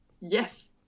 Yes